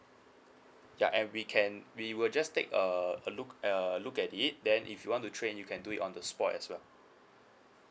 ya and we can we will just take a a look a look at it then if you want to trade in you can do it on the spot as well